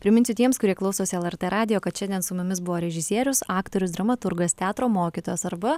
priminsiu tiems kurie klausosi lrt radijo kad šiandien su mumis buvo režisierius aktorius dramaturgas teatro mokytojas arba